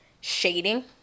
shading